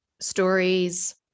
stories